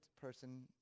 person